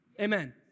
amen